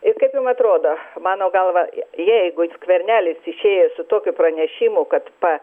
ir kaip jum atrodo mano galva jeigu skvernelis išėjo su tokiu pranešimu kad pa